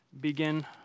begin